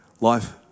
life